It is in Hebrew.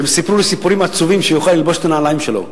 וסיפרו לו סיפורים עצובים כדי שיוכל לנעול את הנעליים שלו.